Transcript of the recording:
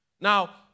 Now